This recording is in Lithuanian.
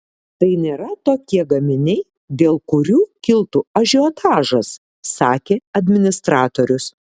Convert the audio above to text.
tai nėra tokie gaminiai dėl kurių kiltų ažiotažas sakė administratorius